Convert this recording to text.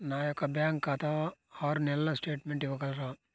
నా యొక్క బ్యాంకు ఖాతా ఆరు నెలల స్టేట్మెంట్ ఇవ్వగలరా?